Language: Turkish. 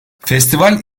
festival